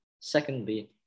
Secondly